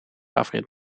afrit